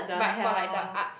but for like the ups